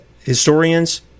historians